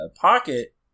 pocket